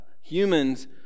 humans